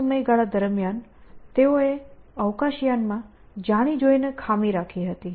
તે સમયગાળા દરમિયાન તેઓએ અવકાશયાનમાં જાણી જોઈને ખામી રાખી હતી